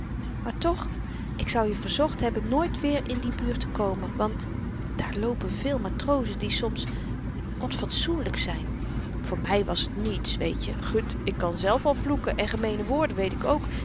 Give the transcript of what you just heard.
maar toch ik zou je verzocht hebben nooit weer in die buurt te komen want daar loopen veel matrozen die soms onfatsoenlyk zyn voor my was t niets weetje gut ik kan zelf al vloeken en gemeene woorden weet ik ook